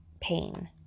pain